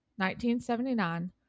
1979